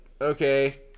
okay